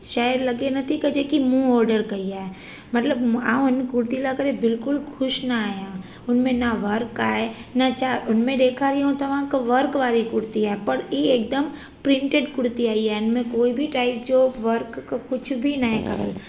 शइ लॻे नथी की जेकी मूं ऑडर कई आहे मतलबु आऊं हुन कुर्ती लाइ करे बिल्कुलु ख़ुशि न आहियां हुन में न वर्क आहे न छा हुन में ॾेखारियूं तव्हां वर्क वारी कुर्ती आहे पर ई हिकदमि प्रिंटेड कुर्ती आई आहे हिन में कोई बि टाइप जो वर्क क कुझु बि न आहे करणु